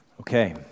Okay